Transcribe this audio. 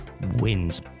Wins